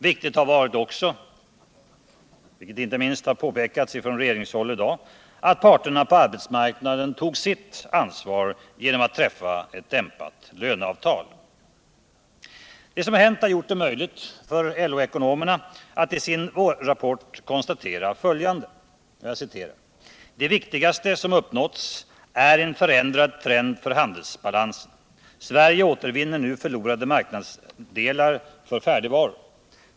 Viktigt var också, vilket inte minst har påpekats från regeringshåll i dag, att parterna på arbetsmarknaden tog sitt ansvar genom att träffa ett dämpat löneavtal. Det som hänt har gjort det möjligt för LO-ekonomerna att i sin vårrapport konstatera följande: ”Det viktigaste som uppnåtts är en förändrad trend för handelsbalansen. Sverige återvinner nu förlorade marknadsandelar för färdigvaror.